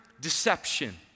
deception